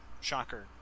Shocker